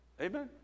Amen